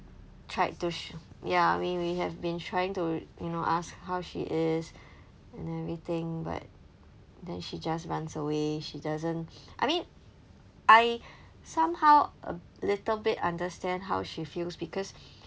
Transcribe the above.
tried to sh~ ya I mean we have been trying to you know ask how she is and everything but then she just runs away she doesn't I mean I somehow a little bit understand how she feels because